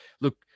look